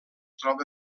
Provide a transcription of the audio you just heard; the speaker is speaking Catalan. troba